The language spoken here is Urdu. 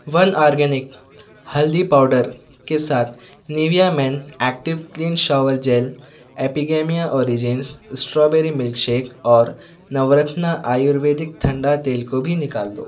ون آرگینک ہلدی پاؤڈر کے ساتھ Nivea men active clean shower gel Epigamia origins strawberry milkshake اور نورتنا آیورویدک ٹھنڈا تیل کو بھی نکال دو